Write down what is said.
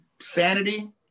Sanity